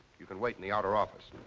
you can wait in the outer office.